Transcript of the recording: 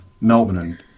melbourne